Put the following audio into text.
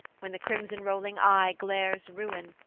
when the crimson-rolling eye glares ruin,